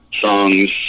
songs